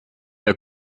der